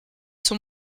sont